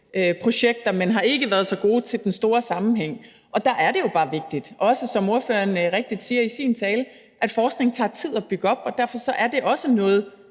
men ikke har været så god til den store sammenhæng. Der er det jo bare vigtigt, også som ordføreren rigtigt siger i sin tale, at vide, at forskning tager tid at bygge op. Derfor er det også noget,